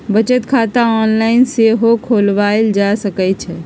बचत खता ऑनलाइन सेहो खोलवायल जा सकइ छइ